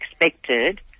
expected